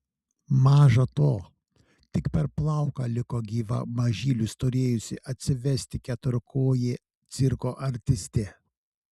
maža to tik per plauką liko gyva mažylius turėjusi atsivesti keturkojė cirko artistė